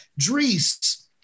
Drees